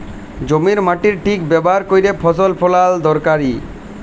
জমির মাটির ঠিক ব্যাভার ক্যইরে ফসল ফলাল দরকারি